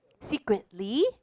secretly